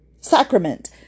Sacrament